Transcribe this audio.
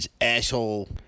asshole